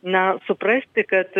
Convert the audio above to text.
na suprasti kad